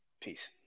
Peace